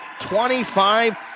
25